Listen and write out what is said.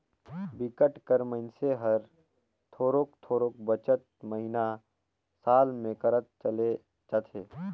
बिकट कर मइनसे हर थोरोक थोरोक बचत महिना, साल में करत चले जाथे